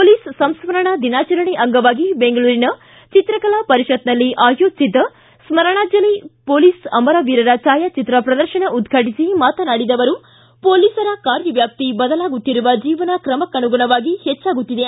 police ಸಂಸ್ಕರಣಾ ದಿನಾಚರಣೆ ಅಂಗವಾಗಿ ಬೆಂಗಳೂರಿನ ಚಿತ್ರಕಲಾ ಪರಿಷತ್ನಲ್ಲಿ ಆಯೋಜಿಸಿದ್ದ ಸ್ಕರಣಾಂಜಲಿ ಮೊಲೀಸ್ ಅಮರವೀರರ ಛಾಯಾಚಿತ್ರ ಪ್ರದರ್ಶನ ಉದ್ಘಾಟಿಸಿ ಮಾತನಾಡಿದ ಅವರು ಮೊಲೀಸರ ಕಾರ್ಯವ್ಯಾಪ್ತಿ ಬದಲಾಗುತ್ತಿರುವ ಜೀವನ ಕ್ರಮಕ್ಕನುಗುಣವಾಗಿ ಹೆಚ್ಚಾಗುತ್ತಿದೆ